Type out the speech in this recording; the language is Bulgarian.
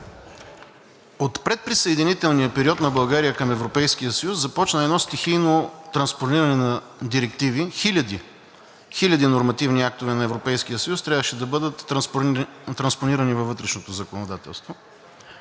От предприсъединителния период на България към Европейския съюз започна едно стихийно транспониране на хиляди директиви, хиляди нормативни актове на Европейския съюз трябваше да бъдат транспонирани във вътрешното законодателство.